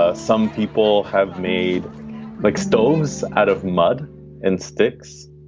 ah some people have made like stones out of mud and sticks